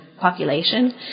population